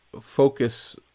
focus